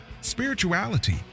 spirituality